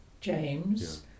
James